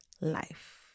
life